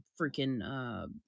freaking